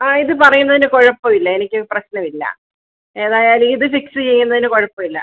ആ ഇത് പറയുന്നതിന് കുഴപ്പമില്ല എനിക്ക് പ്രശ്നമില്ല ഏതായാലും ഇത് ഫിക്സ് ചെയ്യുന്നതിന് കുഴപ്പമില്ല